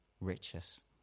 riches